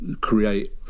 create